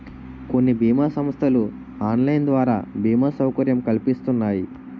కొన్ని బీమా సంస్థలు ఆన్లైన్ ద్వారా బీమా సౌకర్యం కల్పిస్తున్నాయి